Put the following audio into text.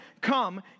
come